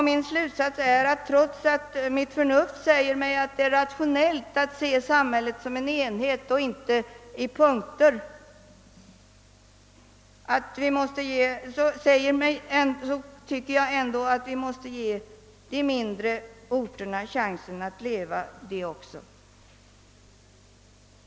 Min slutsats är, trots att mitt förnuft säger mig att det är rationellt att se samhället som en enhet och inte punktvis, att vi måste ge även de mindre orterna chansen att leva vidare.